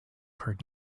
heard